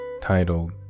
Titled